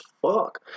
fuck